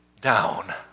down